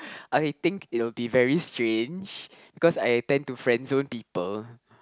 I think it'll be very strange because I tend to friend zone people